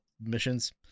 missions